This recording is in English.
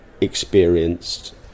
experienced